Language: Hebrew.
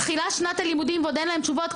מתחילה שנת הלימודים ועוד אין להם תשובות,